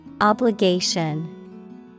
Obligation